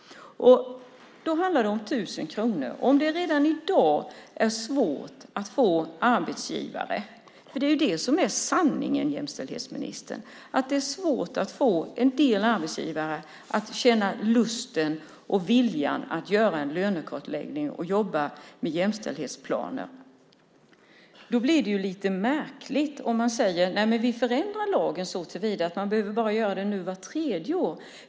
Det handlar, som sagt, om 1 000 kronor. Om det redan i dag är svårt att få en del arbetsgivare - det är ju sanningen, ministern - att känna en lust och vilja att göra en lönekartläggning och att jobba med jämställdhetsplaner blir det lite märkligt att säga: Nej, vi förändrar lagen såtillvida att det behöver göras bara vart tredje år.